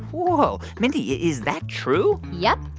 whoa. mindy, is that true? yup.